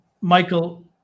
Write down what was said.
Michael